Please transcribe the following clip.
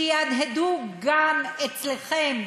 שיהדהדו גם אצלכם,